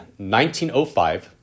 1905